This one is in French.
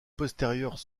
postérieures